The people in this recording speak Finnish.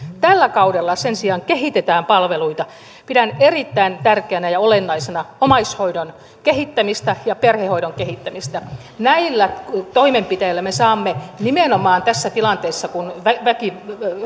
tällä kaudella sen sijaan kehitetään palveluita pidän erittäin tärkeänä ja olennaisena omaishoidon kehittämistä ja perhehoidon kehittämistä näillä toimenpiteillä me saamme nimenomaan tässä tilanteessa kun väki